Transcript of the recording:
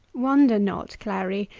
wonder not, clary,